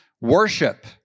worship